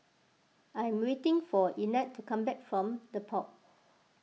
I am waiting for Ignatz to come back from the Pod